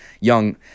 young